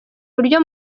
buryo